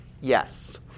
Yes